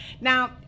Now